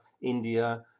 India